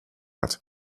hat